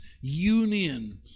union